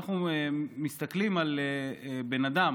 אנחנו מסתכלים על בן אדם